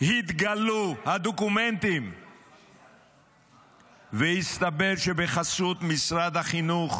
התגלו הדוקומנטים והסתבר שבחסות משרד החינוך,